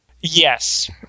Yes